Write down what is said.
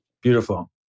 Beautiful